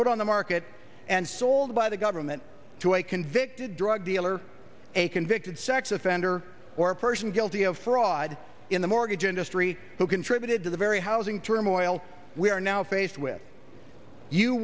put on the market and sold by the government to a convicted drug dealer a convicted sex offender or a person guilty of fraud in the mortgage industry who contributed to the very housing turmoil we are now faced with you